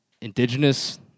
indigenous